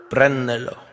Prendelo